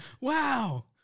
Wow